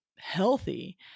Healthy